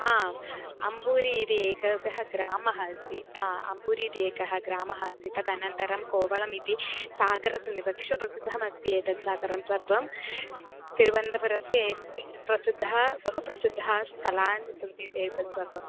आम् अम्बूरि इति एकः ग्रामः अस्ति अम्बूरि इति एकः ग्रामः अस्ति तदनन्तरं कोवलम् इति सागरस्य प्रसिद्धमस्ति एतत् सागरं सर्वं तिरुवन्तपुरस्य प्रसिद्धः बहु प्रसिद्धः स्थलानि सन्ति एतत्सर्वम्